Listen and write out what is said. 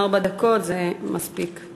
ארבע דקות זה מספיק.